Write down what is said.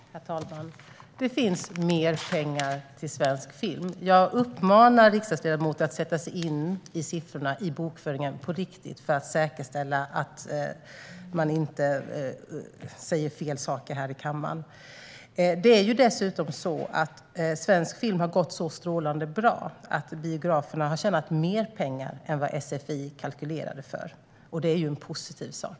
Herr talman! Det finns mer pengar till svensk film. Jag uppmanar riksdagsledamoten att sätta sig in i siffrorna i bokföringen på riktigt för att säkerställa att man inte säger fel saker här i kammaren. Det är dessutom så att svensk film har gått så strålande bra att biograferna har tjänat mer pengar än vad SFI kalkylerade för. Det är en positiv sak.